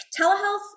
telehealth